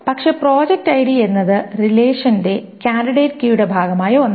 പക്ഷേ project ID എന്നത് ഈ റിലേഷന്റെ കാൻഡിഡേറ്റ് കീയുടെ ഭാഗമായ ഒന്നാണ്